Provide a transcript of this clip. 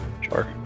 Sure